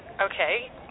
Okay